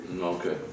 Okay